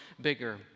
bigger